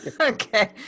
okay